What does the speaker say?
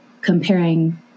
comparing